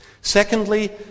Secondly